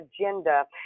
agenda